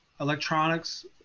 electronics